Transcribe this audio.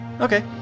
Okay